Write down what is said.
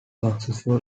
successful